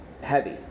heavy